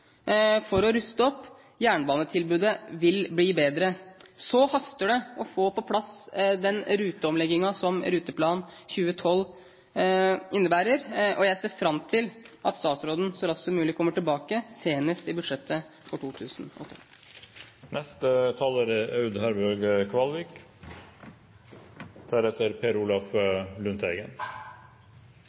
for å ruste opp. Jernbanetilbudet vil bli bedre. Så haster det å få på plass den ruteomleggingen som Ruteplan 2012 innebærer. Jeg ser fram til at statsråden så raskt som mulig kommer tilbake, senest i budsjettet for